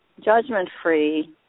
judgment-free